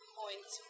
points